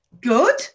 Good